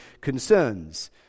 concerns